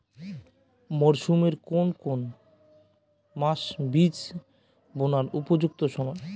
মরসুমের কোন কোন মাস বীজ বোনার উপযুক্ত সময়?